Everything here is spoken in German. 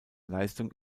leistung